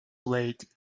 blade